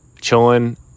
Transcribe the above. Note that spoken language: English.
chilling